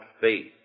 faith